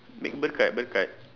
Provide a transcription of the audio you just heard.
make berkat berkat